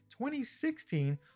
2016